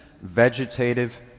vegetative